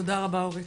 תודה רבה אורית.